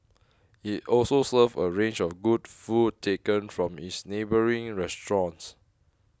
it also serves a range of good food taken from its neighbouring restaurants